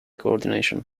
coordination